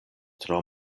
tro